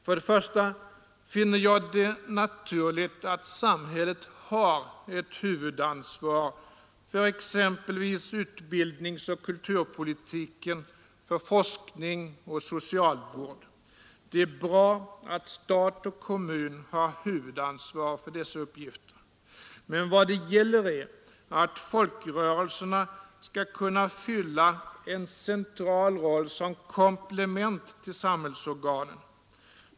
För det första finner jag det naturligt att samhället har huvudansvaret för exempelvis utbildningsoch kulturpolitiken, forskning och socialvård. Det är bra att stat och kommun har huvudansvaret för dessa uppgifter. Men vad frågan gäller är att folkrörelserna skall kunna fylla en central roll som komplement till samhällsorganen.